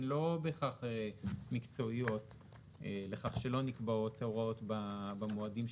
בהקשר של הריכוזיות הייחודית במערכת הבנקאית בישראל,